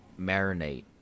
marinate